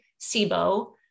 SIBO